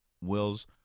wills